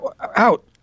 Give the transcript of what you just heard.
out